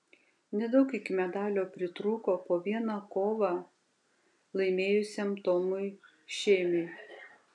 nedaug iki medalio pritrūko po vieną kovą laimėjusiam tomui šėmiui